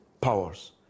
Powers